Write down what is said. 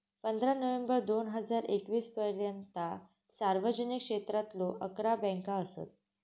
पंधरा नोव्हेंबर दोन हजार एकवीस पर्यंता सार्वजनिक क्षेत्रातलो अकरा बँका असत